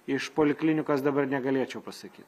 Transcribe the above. iš poliklinikos dabar negalėčiau pasakyt